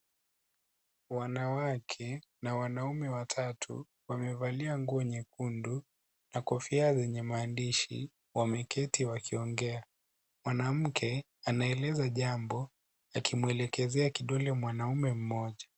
Wanawake na wanaume watatu wamevalia nguo nyekundu na kofia zenye maandishi wameketi wakiongea. Mwanamke anaeleza jambo akimwelekezea kidole mwanaume mmoja.